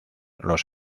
los